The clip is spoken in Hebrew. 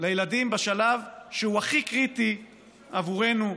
לילדים בשלב שהוא הכי קריטי עבורנו.